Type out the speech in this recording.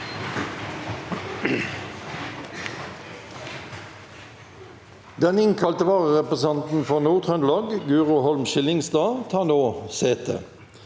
Den innkalte vararepresen- tanten for Nord-Trøndelag, Guro Holm Skillingstad, tar nå sete.